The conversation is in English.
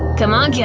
c'mon, kevin!